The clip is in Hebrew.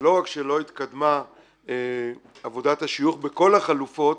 שלא רק שלא התקדמה עבודת השיוך בכל החלופות,